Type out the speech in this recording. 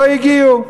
לא הגיעו.